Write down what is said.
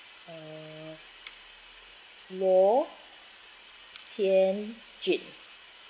uh low tian jun